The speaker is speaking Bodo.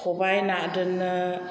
खबाइ ना दोननो